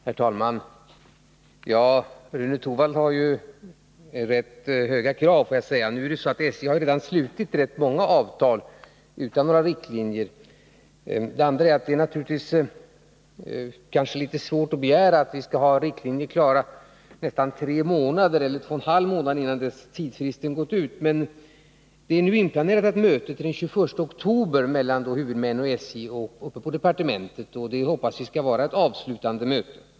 Herr talman! Rune Torwald ställer rätt höga krav, måste jag säga. Nu är det för det första så att SJ redan har slutit många avtal utan några riktlinjer, och för det andra är det kanske mycket begärt att vi skall ha riktlinjerna klara nästan tre månader — eller åtminstone två och en halv månad — innan tidsfristen gått ut. Ett möte är inplanerat till den 21 oktober mellan huvudmännen, SJ och departementet. Vi hoppas att det skall vara ett avslutande möte.